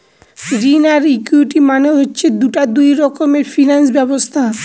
ঋণ আর ইকুইটি মানে হচ্ছে দুটা দুই রকমের ফিনান্স ব্যবস্থা